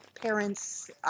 parents